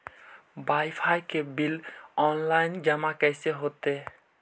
Wifi के bill online जमा कैसे होतै?